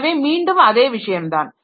எனவே மீண்டும் அதே விஷயம்தான்